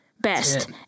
best